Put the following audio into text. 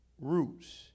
roots